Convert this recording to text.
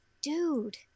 dude